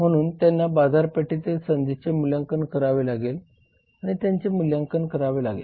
म्हणून त्यांना बाजारपेठेतील संधींचे मूल्यांकन करावे लागेल आणि त्यांचे मूल्यांकन करावे लागेल